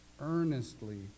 earnestly